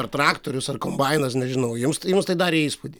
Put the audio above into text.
ar traktorius ar kombainas nežinau jums tai jums tai darė įspūdį